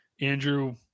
Andrew